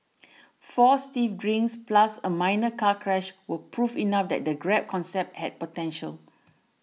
four stiff drinks plus a minor car crash were proof enough that the Grab concept had potential